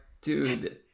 dude